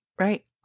right